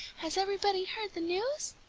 has everybody heard the news?